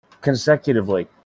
consecutively